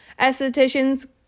Estheticians